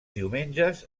diumenges